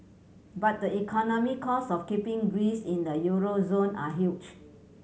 but the economic costs of keeping Greece in the euro zone are huge